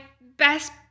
best